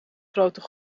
groter